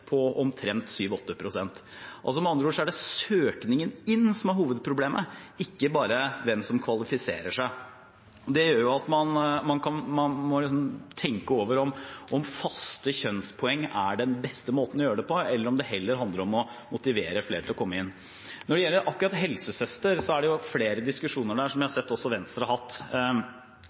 på omtrent 7–8 pst. Med andre ord er det søkningen inn som er hovedproblemet, ikke bare hvem som kvalifiserer seg. Det gjør at man må tenke over om faste kjønnspoeng er den beste måten å gjøre det på, eller om det heller handler om å motivere flere til å komme inn. Når det gjelder akkurat helsesøster, er det flere diskusjoner der, som jeg har sett også Venstre har hatt.